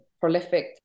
prolific